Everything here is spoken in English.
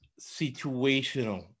situational